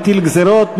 מטיל גזירות,